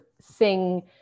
sing